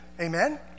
Amen